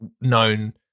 known